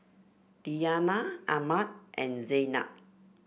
Diyana Ahmad and Zaynab